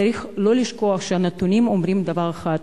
צריך לא לשכוח שהנתונים אומרים דבר אחד: